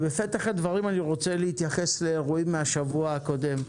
בפתח הדברים אני רוצה להתייחס לאירועים מהשבוע הקודם.